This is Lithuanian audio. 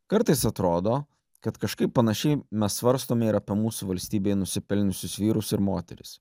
kartais atrodo kad kažkaip panašiai mes svarstome ir apie mūsų valstybei nusipelniusius vyrus ir moteris